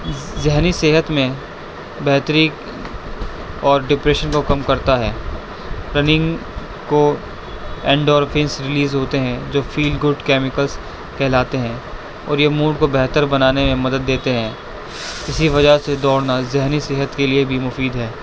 ذہنی صحت میں بہتری اور ڈپریشن کو کم کرتا ہے رننگ کو اینڈورفنس ریلیز ہوتے ہیں جو فیل گڈ کیمیکلس کہلاتے ہیں اور یہ موڈ کو بہتر بنانے میں مدد دیتے ہیں اسی وجہ سے دوڑنا ذہنی صحت کے لیے بھی مفید ہے